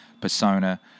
persona